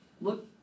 look